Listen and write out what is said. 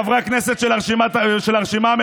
חברי הכנסת של הרשימה המשותפת,